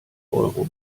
euro